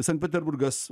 sankt peterburgas